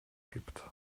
gibt